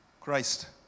Christ